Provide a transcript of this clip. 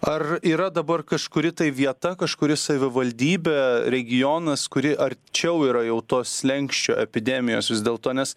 ar yra dabar kažkuri tai vieta kažkuri savivaldybė regionas kuri arčiau yra jau to slenksčio epidemijos vis dėlto nes